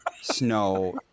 snow